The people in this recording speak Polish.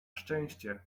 szczęście